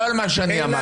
לא על מה שאני אמרתי.